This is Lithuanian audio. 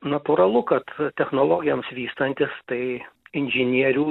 natūralu kad technologijoms vystantis tai inžinierių